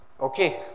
Okay